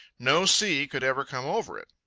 no sea could ever come over it.